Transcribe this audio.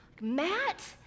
Matt